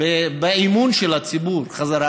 ברכישת האמון של הציבור בחזרה.